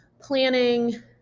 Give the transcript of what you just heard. planning